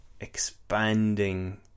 expanding